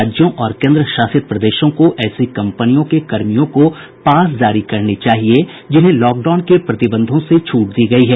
राज्यों और केन्द्रशासित प्रदेशों को ऐसी कम्पनियों के कर्मियों को पास जारी करने चाहिए जिन्हें लॉकडाउन के प्रतिबंधों से छूट दी गई है